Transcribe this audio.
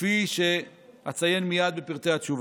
כפי שאציין מייד בפרטי התשובה.